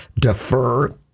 defer